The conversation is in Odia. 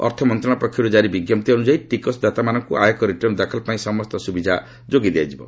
ଅର୍ଥମନ୍ତ୍ରଣାଳୟ ପକ୍ଷରୁ ଜାରି ବିଜ୍ଞପ୍ତି ଅନୁଯାୟୀ ଟିକସ ଦାତାମାନଙ୍କୁ ଆୟକର ରିଟର୍ଣ୍ଣ ଦାଖଲ ପାଇଁ ସମସ୍ତ ସୁବିଧା ଯୋଗାଇ ଦିଆଯିବ